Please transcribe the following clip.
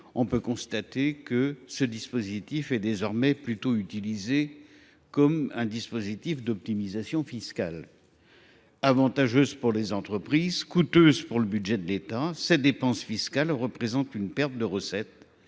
ou la culture, ce dispositif est désormais plutôt utilisé comme un outil d’optimisation fiscale. Avantageuses pour les entreprises, coûteuses pour le budget de l’État, ces dépenses fiscales représentent une perte de recettes